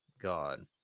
God